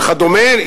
וכדומה.